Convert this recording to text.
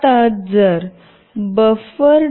आता जर बफर